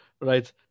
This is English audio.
Right